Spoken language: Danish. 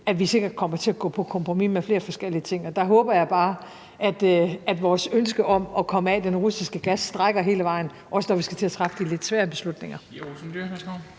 at vi sikkert kommer til at gå på kompromis med flere forskellige ting. Og der håber jeg bare, at vores ønske om at komme af med den russiske gas strækker hele vejen, også når vi skal til at træffe de lidt svære beslutninger.